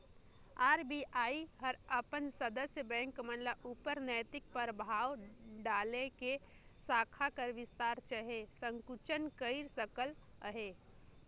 RBI हर अपन सदस्य बेंक मन उपर नैतिक परभाव डाएल के साखा कर बिस्तार चहे संकुचन कइर सकत अहे